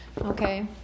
Okay